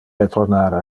retornar